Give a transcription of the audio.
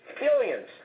billions